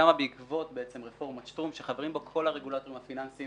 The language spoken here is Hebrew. שקמה בעקבות רפורמת שטרום שחברים בה כל הרגולטורים הפיננסים